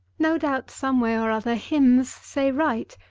no doubt, some way or other, hymns say right.